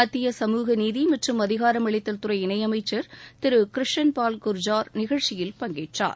மத்திய சமூக நீதி மற்றும் அதிகாரமளித்தல் துறை இணையமைச்சர் திரு கிருஷன் பால் குர்ஜார் நிகழ்ச்சியில் பங்கேற்றார்